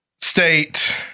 state